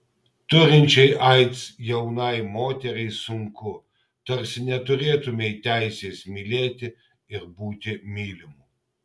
turinčiai aids jaunai moteriai sunku tarsi neturėtumei teisės mylėti ir būti mylimu